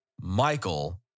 Michael